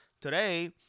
Today